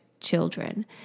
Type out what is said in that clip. children